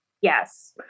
yes